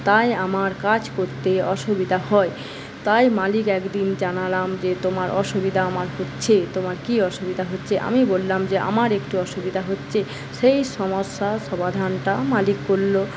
তাই আমার কাজ করতে অসুবিধা হয় তাই মালিক একদিন জানালাম যে তোমার অসুবিধা আমার হচ্ছে তোমার কি অসুবিধা হচ্ছে আমি বললাম যে আমার একটু অসুবিধা হচ্ছে সেই সমস্যার সমাধানটা মালিক করলো